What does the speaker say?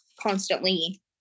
constantly